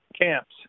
camps